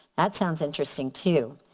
that sounds interesting too.